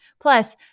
Plus